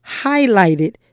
highlighted